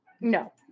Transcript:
No